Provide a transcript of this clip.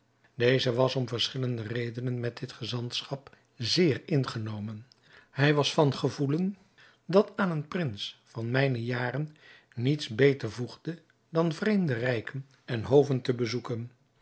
deze was om verschillende redenen met dit gezantschap zeer ingenomen hij was van gevoelen dat aan een prins van mijne jaren niets beter voegde dan vreemde rijken en hoven te bezoeken